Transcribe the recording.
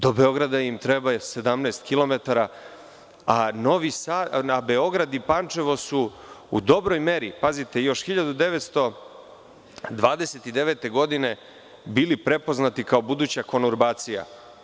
Do Beograda im treba 17 kilometara a Beograd i Pančevo su u dobroj meri, još 1929. godine, bili prepoznati kao buduća konorbacija.